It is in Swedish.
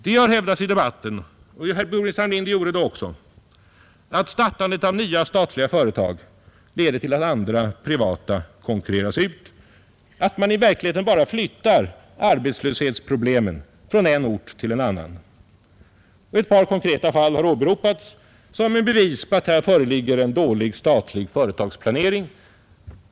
Det har hävdats i debatten — och herr Burenstam Linder gjorde det också — att startandet av nya statliga företag leder till att andra privata företag konkurreras ut och att man i verkligheten flyttar arbetslöshetsproblemen från en ort till en annan. Ett par konkreta fall har åberopats som bevis på att det föreligger en dålig statlig företagsplanering.